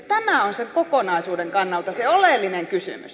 tämä on kokonaisuuden kannalta se oleellinen kysymys